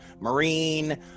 marine